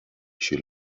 she